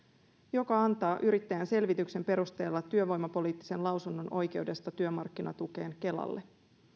joka antaa yrittäjän selvityksen perusteella työvoimapoliittisen lausunnon oikeudesta työmarkkinatukeen kelalle